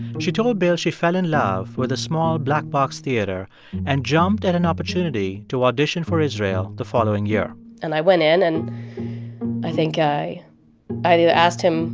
she told bill she fell in love with the small black box theater and jumped at an opportunity to audition for israel the following year and i went in, and i think i either asked him